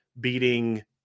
beating